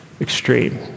extreme